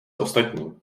ostatním